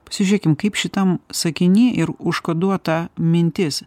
pasižiūrėkime kaip šitam sakiny ir užkoduota mintis